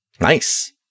nice